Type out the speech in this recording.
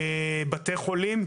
בתי חולים,